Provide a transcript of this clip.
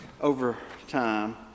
overtime